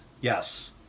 yes